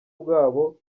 bwabo